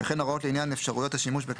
יש כאן איזה שהן פעולות תכנוניות שצריך לעשות,